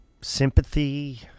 sympathy